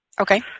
Okay